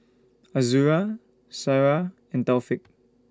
Azura Sarah and Taufik